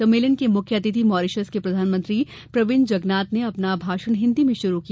सम्मेलन के मुख्य अतिथि मॉरिशस के प्रधानमंत्री प्रविंद जगनाथ ने अपना भाषण हिन्दी में शुरू किया